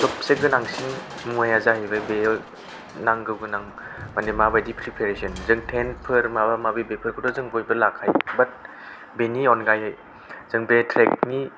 सबसे गोनांसिन मुवाया जाहैबाय बेयाव नांगौ गोनां माने माबादि प्रिपेयरेसन जों टेन्तफोर माबा माबि बेफोरखौथ' जों बयबो लाखायो बात बेनि अनगायै जों बे ट्रेकनि